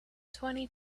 twenty